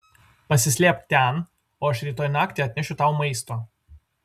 pasislėpk ten o aš rytoj naktį atnešiu tau maisto